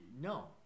No